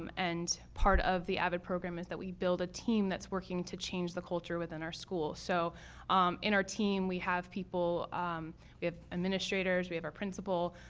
um and part of the avid program is that we build a team that's working to change the culture within our school, so in our team we have people um we have administrators, we have our principal,